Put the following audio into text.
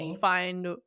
find